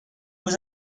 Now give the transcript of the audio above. nous